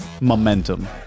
momentum